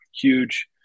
Huge